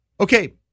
Okay